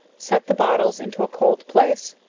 set the bottles into a cold place,